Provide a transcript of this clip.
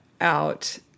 out